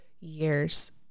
years